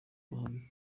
ruhame